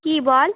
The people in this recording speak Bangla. কী বল